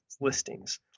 listings